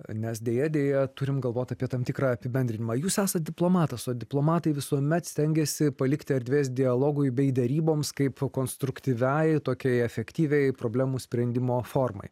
nes deja deja turim galvot apie tam tikrą apibendrinimą jūs esat diplomatas o diplomatai visuomet stengiasi palikti erdvės dialogui bei deryboms kaip konstruktyviai tokiai efektyviai problemų sprendimo formai